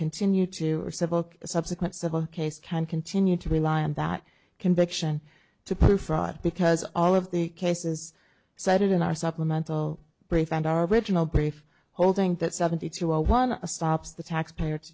continue to or civil subsequent civil case can continue to rely on that conviction to pay for it because all of the cases cited in our supplemental brief and our original brief holding that seventy two hour one stops the taxpayer